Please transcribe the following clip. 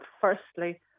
firstly